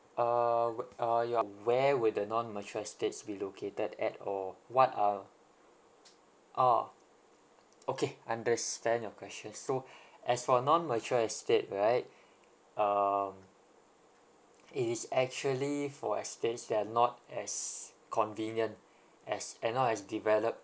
uh wh~ uh where would the non mature estates be located at or what are orh okay understand your question so as for non mature estate right um it is actually for estates that are not as convenient as and not as developed